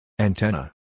Antenna